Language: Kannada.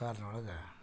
ಕಾರಿನೊಳಗೆ